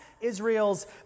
Israel's